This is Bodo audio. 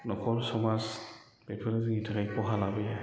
न'खर समाज बेफोरो जोंनि थाखाय खहा लाबोयो